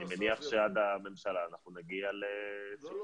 אני מניח שעד הממשלה אנחנו נגיע ל --- לא,